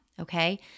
okay